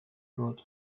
good